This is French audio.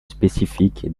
spécifique